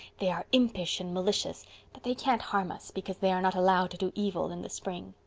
they are impish and malicious but they can't harm us, because they are not allowed to do evil in the spring.